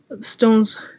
stones